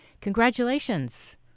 congratulations